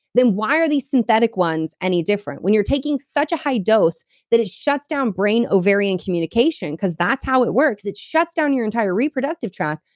then why are these synthetic ones any different? when you're taking such a high dose that it shuts down brain ovarian communication because that's how it works, it shuts down your entire reproductive tract,